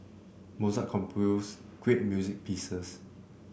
Mozart composed great music pieces